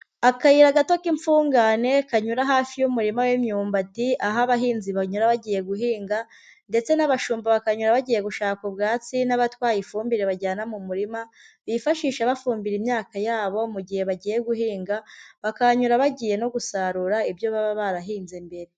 Akayira gato k'imfungane, kanyura hafi y'umurima w'imyumbati, aho abahinzi banyura bagiye guhinga, ndetse n'abashumba bakanyura bagiye gushaka ubwatsi n'abatwaye ifumbire bajyana mu murima bifashisha bafumbira imyaka yabo mu gihe bagiye guhinga, bakahanyura bagiye no gusarura ibyo baba barahinze mbere.